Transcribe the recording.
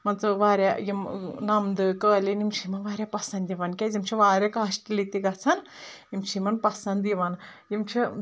مان ژٕ واریاہ یِم نمدٕ قٲلِین یِم چھِ یِمن واریاہ پَسنٛد یِوَان کیازِ یِم چھِ واریاہ کاسٹٕلِی تہِ گژھَان یِم چھِ یِمَن پسنٛد یِوَان یِم چھِ